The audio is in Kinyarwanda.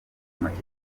make